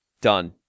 Done